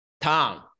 Tom